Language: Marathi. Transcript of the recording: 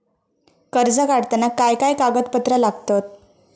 कर्ज काढताना काय काय कागदपत्रा लागतत?